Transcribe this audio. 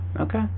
Okay